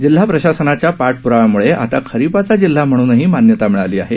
जिल्हा प्रशासनाच्या पाठप्राव्यामुळे आता खरिपाचा जिल्हा म्हणून मान्यता मिळाली आहे